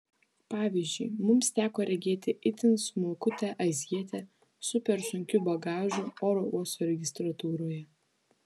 pavyzdžiui mums teko regėti itin smulkutę azijietę su per sunkiu bagažu oro uosto registratūroje